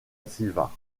silva